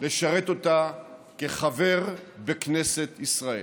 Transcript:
לשרת אותה כחבר בכנסת ישראל.